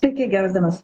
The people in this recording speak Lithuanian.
sveiki geros dienos